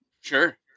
Sure